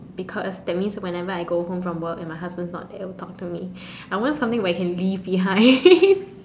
because that means whenever I go home from work and my husband's not there it'll talk to me I want something where I can leave behind